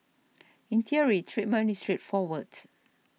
in theory treatment is straightforward